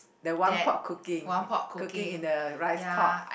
the one pot cooking cooking in a rice pot